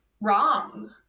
wrong